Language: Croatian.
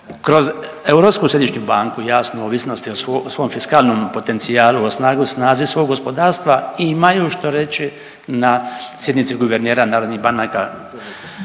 kroz ESB, jasno, ovisnosti o svom fiskalnom potencijalu, o snazi svog gospodarstva imaju što reći na sjednici guvernera narodnih banaka